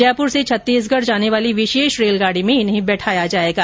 जयपुर से छत्तीसगढ जाने वाली विशेष रेलगाडी में इन्हें बैठाया जाएगा